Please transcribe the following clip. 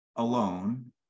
alone